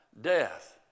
death